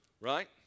Right